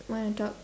want to talk